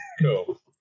Cool